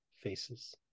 faces